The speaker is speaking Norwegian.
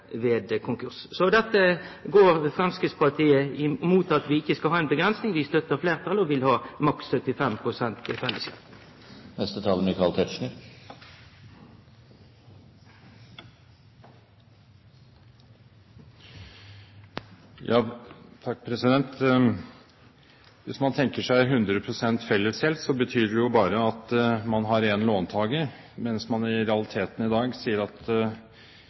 ved konkurs. Så Framstegspartiet går imot at vi ikkje skal ha ei grense. Vi støttar fleirtalet og vil ha maks 75 pst. fellesgjeld. Hvis man tenker seg 100 pst. fellesgjeld, betyr det jo bare at man har én låntaker, mens man i realiteten i dag sier at